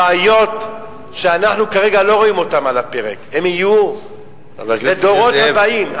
הבעיות שאנחנו כרגע לא רואים אותן על הפרק הן יהיו לדורות הבאים,